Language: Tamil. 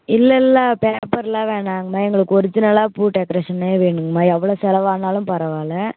இல்லை இல்லை பேப்பர்லாம் வேணாங்கம்மா எங்களுக்கு ஒரிஜினலாக பூ டெக்ரேஷனே வேணுங்கம்மா எவ்வளோ செலவானாலும் பரவாயில்லை